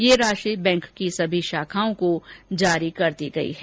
यह राशि बैंक की सभी शाखाओं को जारी कर दी गई है